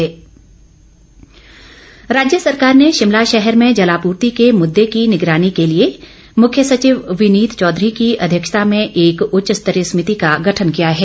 जयराम पेयजल राज्य सरकार ने शिमला शहर में जलापूर्ति के मुद्दे की निगरानी के लिए मुख्य सचिव विनीत चौधरी की अध्यक्षता में एक उच्च स्तरीय समिति का गठन किया है